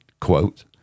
quote